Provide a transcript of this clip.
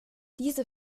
diese